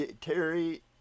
Terry